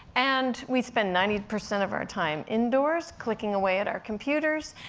and we spend ninety percent of our time indoors, clicking away at our computers,